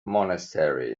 monastery